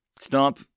Stop